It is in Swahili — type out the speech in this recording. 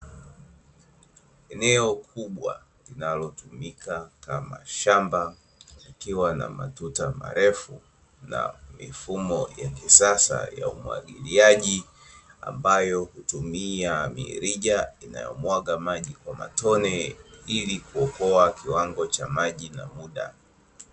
Eneo kubwa linalotumika kama shamba likiwa na matuta marefu, na mifumo ya kisasa ya umwagiliaji ambayo hutumia mirija inayomwaga maji kwa matone ili kuokoa kiwango cha maji na muda.